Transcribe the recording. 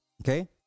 Okay